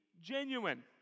genuine